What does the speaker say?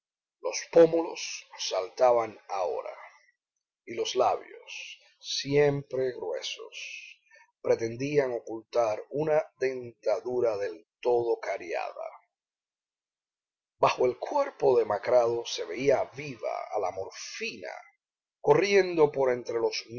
los pómulos saltaban ahora y los labios siempre gruesos pretendían ocultar una dentadura del todo cariada bajo el cuerpo demacrado se veía viva a la morfina corriendo por entre los